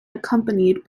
accompanied